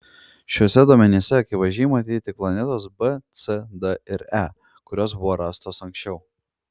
šiuose duomenyse akivaizdžiai matyti tik planetos b c d ir e kurios buvo rastos anksčiau